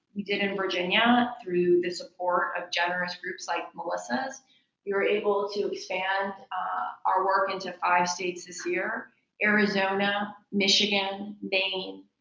you did in virginia through the support of generous groups like melissa's you're able to expand our work into five states this year arizona, michigan, maine,